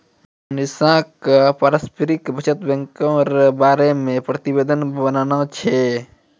मनीषा क पारस्परिक बचत बैंको र बारे मे प्रतिवेदन बनाना छै